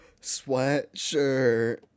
sweatshirt